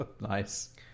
nice